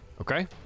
okay